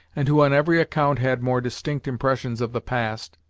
and who on every account had more distinct impressions of the past,